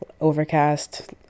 overcast